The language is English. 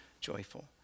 joyful